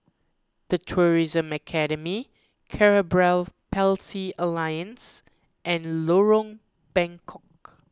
the Tourism Academy Cerebral Palsy Alliance and Lorong Bengkok